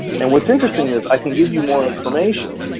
and what's interesting is i can give you more information,